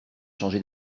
changé